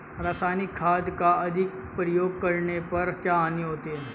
रासायनिक खाद का अधिक प्रयोग करने पर क्या हानि होती है?